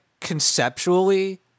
conceptually